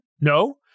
No